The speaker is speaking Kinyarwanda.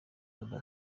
amb